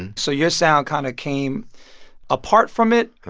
and so your sound kind of came apart from it,